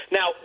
Now